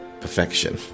perfection